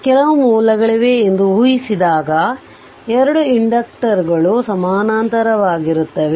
ಕೆಲವು ಮೂಲಗಳಿವೆ ಎಂದು ಊಹಿಸಿದಾಗ 2 ಇಂಡಕ್ಟರ್ ಗಳು ಸಮಾನಾಂತರವಾಗಿರುತ್ತವೆ